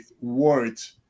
words